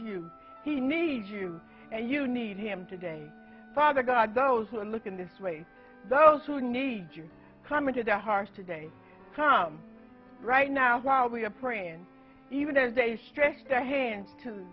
you he need you and you need him today father god those who are looking this way those who need you come into the hearts today come right now while we are praying and even as they stretch their hands to